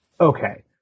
okay